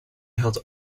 had